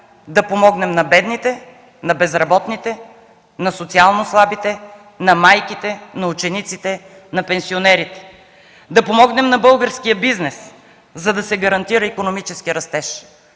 да помогнем на бедните, на безработните, на социално слабите, на майките, на учениците, на пенсионерите, да помогнем на българския бизнес, за да се гарантира икономически растеж,